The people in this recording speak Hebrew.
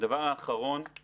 הדבר האחרון הוא